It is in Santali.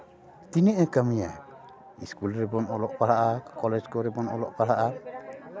ᱛᱤᱱᱟᱹᱜ ᱮ ᱠᱟᱹᱢᱤᱭᱟ ᱮᱥᱠᱩᱞ ᱨᱮᱵᱚᱱ ᱚᱞᱚᱜ ᱯᱟᱲᱦᱟᱜᱼᱟ ᱠᱚᱞᱮᱡᱽ ᱠᱚᱨᱮᱵᱚᱱ ᱚᱞᱚᱜ ᱯᱟᱲᱦᱟᱜᱼᱟ